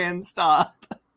Stop